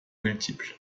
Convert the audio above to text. multiple